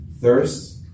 thirst